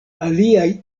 aliaj